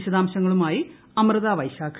വിശദാംശങ്ങളുമായി അമൃത വൈശാഖ്